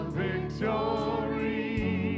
victory